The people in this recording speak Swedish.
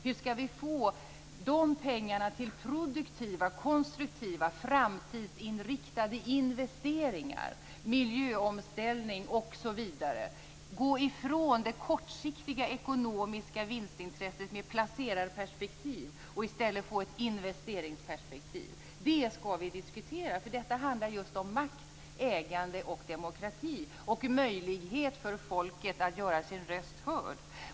Hur skall vi få de pengarna till produktiva, konstruktiva framtidsinriktade investeringar, till miljöomställning, osv.? Vi måste gå ifrån det kortsiktiga ekonomiska vinstintresset med placerarperspektiv och i stället få ett investeringsperspektiv. Det skall vi diskutera, för detta handlar just om makt, ägande och demokrati och möjlighet för folket att göra sin röst hörd.